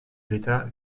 l’état